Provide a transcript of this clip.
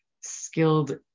skilled